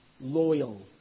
loyal